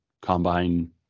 combine